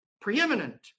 preeminent